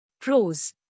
PROS